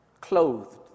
clothed